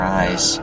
eyes